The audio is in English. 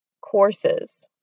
courses